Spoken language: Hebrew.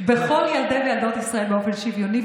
בכל ילדי וילדות ישראל באופן שוויוני,